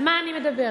על מה אני מדברת?